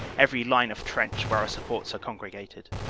every line of trench, where our supports are congregated.